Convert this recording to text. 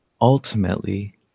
Ultimately